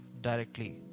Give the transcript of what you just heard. directly